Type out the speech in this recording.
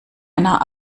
einer